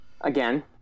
Again